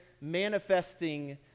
manifesting